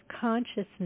consciousness